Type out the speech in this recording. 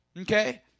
Okay